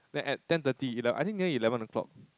then at ten thirty I think near eleven o'clock